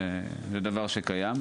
זה דבר שקיים.